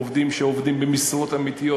עובדים שעובדים במשרות אמיתיות,